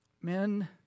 men